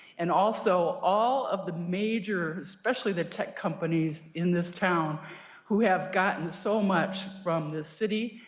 and also, all of the major, especially the tech companies in this town have gotten so much from the city.